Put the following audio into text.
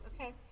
Okay